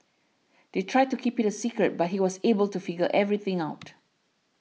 they tried to keep it a secret but he was able to figure everything out